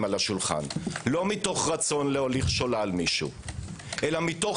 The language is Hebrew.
על השולחן לא מתוך רצון להוליך שולל מישהו אלא מתוך